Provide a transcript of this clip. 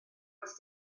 oes